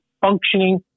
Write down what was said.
functioning